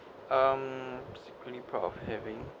um secretly proud of having